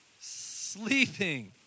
sleeping